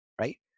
right